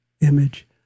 image